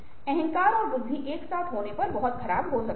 अहंकार और बुद्धि एक साथ होने पर बहुत खराब हो सकती है